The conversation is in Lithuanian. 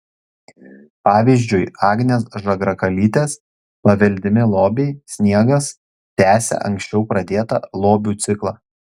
pavyzdžiui agnės žagrakalytės paveldimi lobiai sniegas tęsia anksčiau pradėtą lobių ciklą